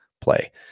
play